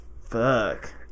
Fuck